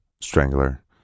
Strangler